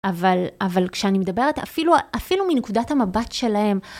אבל אבל כשאני מדברת אפילו אפילו מנקודת המבט שלהם